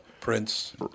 prince